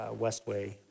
Westway